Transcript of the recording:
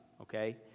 okay